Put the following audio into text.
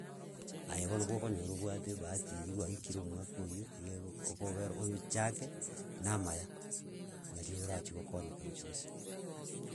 Aye bono gokonyora obwate ebahati eyio gwaikire omwaka oywo, igo ego okobera oyochake na amaya, naria orachie gokonyeka gochi bosio.